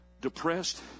depressed